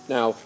Now